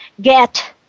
get